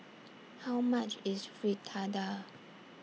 How much IS Fritada